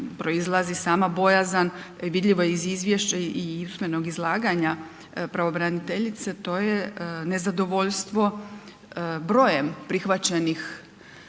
sama bojazan, vidljivo je iz izvješća i usmenog izlaganja pravobraniteljice to je nezadovoljstvo brojem prihvaćenih